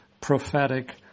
prophetic